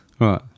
right